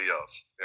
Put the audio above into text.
else